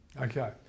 Okay